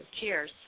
Cheers